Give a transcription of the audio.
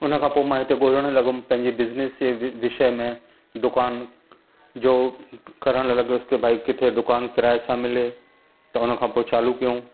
उन खां पोइ मां हिते ॻोल्हणु लॻुमि पंहिंजी बिज़नेस जे विषय में दुकान जो करण लॻोयुसि की भई किथे दुकान किराए सां मिले त हुन खां पोइ चालू कयूं